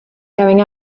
going